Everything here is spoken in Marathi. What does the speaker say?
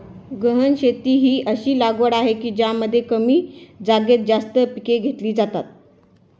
गहन शेती ही अशी लागवड आहे ज्यामध्ये कमी जागेत जास्त पिके घेतली जातात